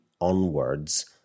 onwards